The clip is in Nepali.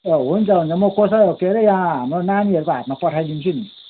ए हुन्छ हुन्छ कसै के अरे यहाँ हाम्रो नानीहरूको हातमा पठाइदिन्छु नि